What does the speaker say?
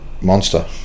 monster